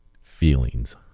feelings